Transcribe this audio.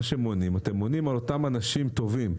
אתם מונעים מאותם אנשים טובים.